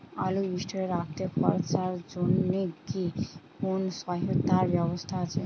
আলু স্টোরে রাখতে খরচার জন্যকি কোন সহায়তার ব্যবস্থা আছে?